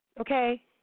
Okay